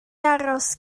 aros